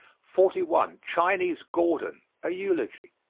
forty one. chinese gordon. a eulogy.